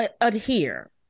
adhere